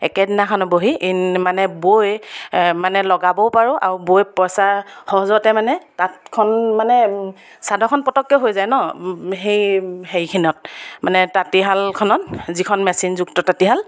একেদিনাখন বহি মানে বৈ মানে লগাবও পাৰোঁ আৰু বৈ পইচা সহজতে মানে তাঁতখন মানে চাদৰখন পতককৈ হৈ যায় ন সেই হেৰিখিনত মানে তাঁতীশালখনত যিখন মেচিনযুক্ত তাঁতীশাল